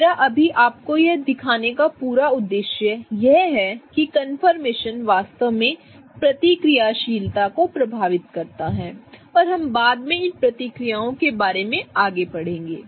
मेरा अभी आपको यह दिखाने का पूरा उद्देश्य यह है कि कंफर्मेशन वास्तव में प्रतिक्रियाशीलता को प्रभावित करता है और हम बाद में इन प्रतिक्रियाओं के बारे में आगे पढ़ेंगे